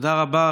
תודה רבה.